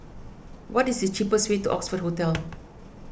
what is the cheapest way to Oxford Hotel